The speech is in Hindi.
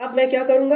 अब मैं क्या करूंगा